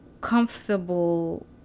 comfortable